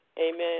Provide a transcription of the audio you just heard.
Amen